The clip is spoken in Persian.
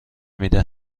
میده